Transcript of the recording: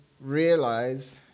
realize